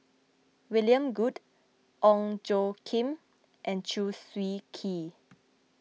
William Goode Ong Tjoe Kim and Chew Swee Kee